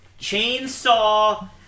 Chainsaw